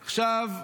עכשיו,